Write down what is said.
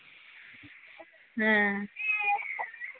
হ্যাঁ